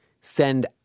send